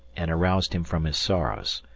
and aroused him from his sorrows.